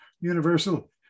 universal